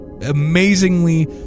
amazingly